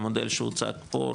המודל שהוצג פה,